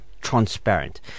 transparent